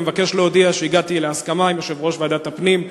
ומבקש להודיע שהגעתי להסכמה עם יושב-ראש ועדת הפנים,